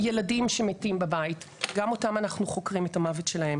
ילדים שמתים בבית, גם את המוות שלהם